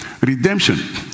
Redemption